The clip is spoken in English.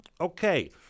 Okay